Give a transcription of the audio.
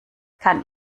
kann